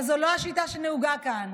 אבל זו לא השיטה שנהוגה כאן